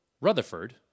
Rutherford